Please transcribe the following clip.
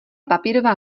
papírová